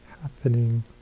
happening